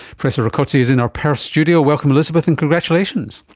professor rakoczy is in our perth studio. welcome elizabeth, and congratulations.